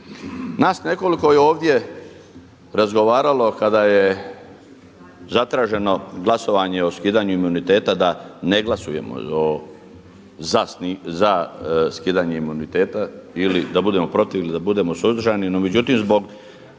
Nas nekoliko je ovdje razgovaralo kada je zatraženo glasovanje o skidanju imuniteta da ne glasujemo o za skidanje imuniteta ili da budemo protiv ili da budemo suzdržani, no međutim zbog